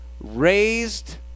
raised